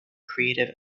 creative